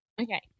Okay